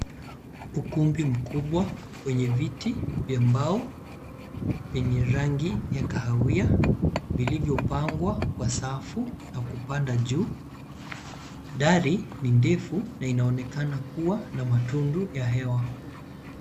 Ukumbi mkubwa, wenye viti vya mbao, penye rangi ya kahawia, vilivyopangwa kwa safu na kupanda juu. Dari ni ndefu na inaonekana kuwa na matundu ya hewa.